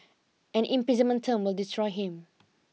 an imprisonment term would destroy him